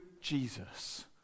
Jesus